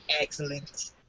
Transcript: Excellent